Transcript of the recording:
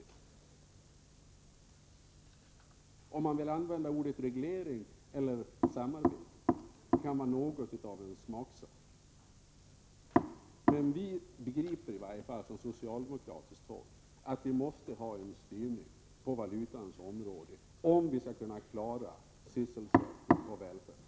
Det kan vara en smaksak om man vill använda ordet reglering eller ordet samarbete, men på socialdemokratiskt håll begriper vi att vi måste ha en styrning på valutaområdet om vi skall kunna klara frågorna om sysselsättning och välfärd.